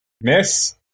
Miss